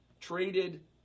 traded